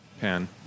Pan